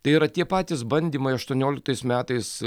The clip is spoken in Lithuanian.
tai yra tie patys bandymai aštuonioliktais metais